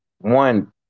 one